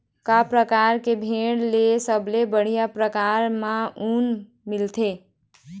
का परकार के भेड़ ले सबले बढ़िया परकार म ऊन मिलथे?